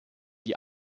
die